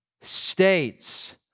States